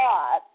God